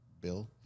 Bill